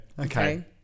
okay